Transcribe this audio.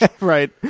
right